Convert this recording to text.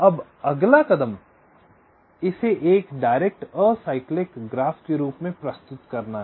अब अगला कदम इसे एक डायरेक्ट असाइक्लिक ग्राफ के रूप में प्रस्तुत करना है